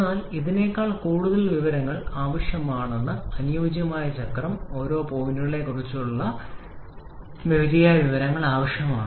എന്നാൽ ഇതിനേക്കാൾ കൂടുതൽ വിവരങ്ങൾ ആവശ്യമാണ് അനുയോജ്യമായ ചക്രം ഓരോ പോയിന്റുകളെക്കുറിച്ചും ശരിയായ വിവരങ്ങൾ ആവശ്യമാണ്